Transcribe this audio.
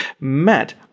matt